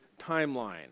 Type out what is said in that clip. timeline